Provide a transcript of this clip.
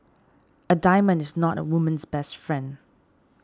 a diamond is not a woman's best friend